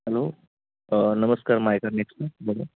hello नमस्कार Michael Nexa बोला